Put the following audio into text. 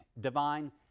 divine